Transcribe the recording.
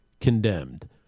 condemned